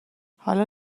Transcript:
حالا